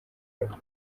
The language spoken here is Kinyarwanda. level